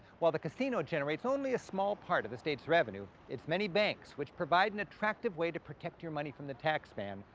while the casino generates only a small part of the state's revenue, its many banks, which provide an attractive way to protect your money from the tax man,